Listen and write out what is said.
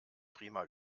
prima